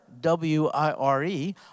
W-I-R-E